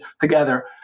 together